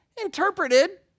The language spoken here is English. interpreted